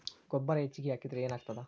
ಗೊಬ್ಬರ ಹೆಚ್ಚಿಗೆ ಹಾಕಿದರೆ ಏನಾಗ್ತದ?